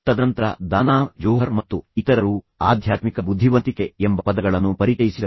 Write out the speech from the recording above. ತದನಂತರ Danah Zohar ಮತ್ತು ಇತರರು ಆಧ್ಯಾತ್ಮಿಕ ಬುದ್ಧಿವಂತಿಕೆ ಎಂಬ ಪದಗಳನ್ನು ಪರಿಚಯಿಸಿದರು